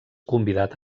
convidat